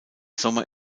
sommer